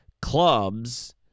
clubs